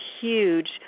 huge